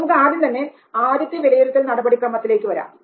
നമുക്ക് ആദ്യം തന്നെ ആദ്യത്തെ വിലയിരുത്തൽ നടപടിക്രമത്തിലേക്ക് വരാം